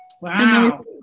Wow